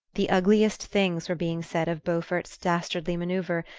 the ugliest things were being said of beaufort's dastardly manoeuvre,